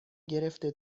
گرفته